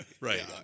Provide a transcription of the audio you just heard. right